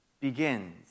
begins